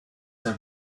are